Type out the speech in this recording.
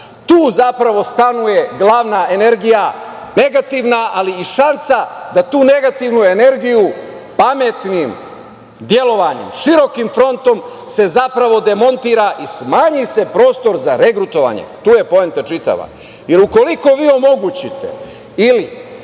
tu zapravo stanuje glavna energija, negativna, ali i šansa da tu negativnu energiju pametnim delovanjem, širokim frontom se zapravo demontira i smanji se prostor za regrutovanje. Tu je čitava poenta. Jer, ukoliko vi omogućite ili